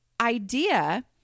idea